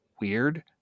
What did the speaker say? weird